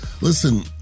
listen